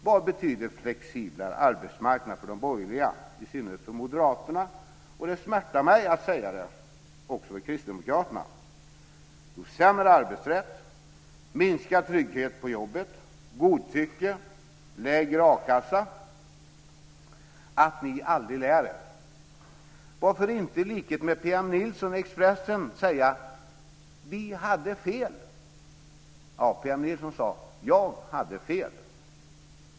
Vad betyder flexiblare arbetsmarknad för de borgerliga, i synnerhet för moderaterna och, vilket smärtar mig att säga, också för kristdemokraterna? Jo, sämre arbetsrätt, minskad trygghet på jobbet, godtycke, lägre a-kassa. Att ni aldrig lär er! Varför inte i likhet med P.M. Nilsson i Expressen säga: Vi hade fel. P.M. Nilsson sade: Jag hade fel.